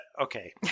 okay